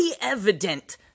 evident